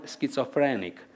schizophrenic